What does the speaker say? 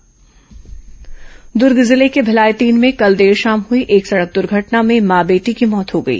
दुर्घटना दुर्ग जिले के भिलाई तीन में कल देर शाम हुई एक सड़क दुर्घटना में मां बेटी की मौत हो गई